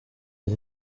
des